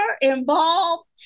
involved